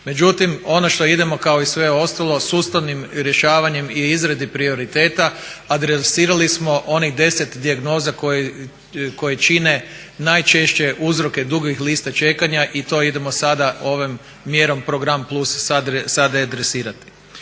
Međutim, ono što idemo kao i sve ostalo sustavnim rješavanjem i izradi prioriteta adresirali smo onih 10 dijagnoza koje čine najčešće uzroke dugih lista čekanja i to idemo sada ovom mjerom program plus sada adresirati.